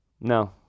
no